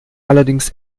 allerdings